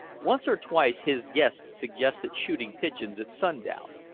once or twice his guests suggested shooting pigeons at sundown,